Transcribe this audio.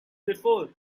before